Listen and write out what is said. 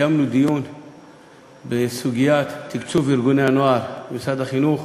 קיימנו דיון בסוגיית תקצוב ארגוני הנוער במשרד החינוך,